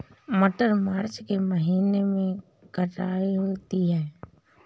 मटर मार्च के महीने कटाई होती है?